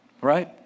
Right